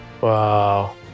Wow